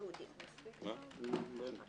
העירייה אומרת לי צריך לעשות מקומות חנייה,